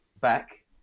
back